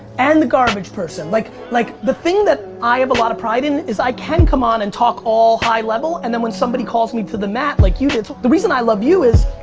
and the garbage person. like, like the thing that i have a lot of pride in, is i can come on and talk all high level, and then when somebody calls me to the mat, like you did, the reason i love you is,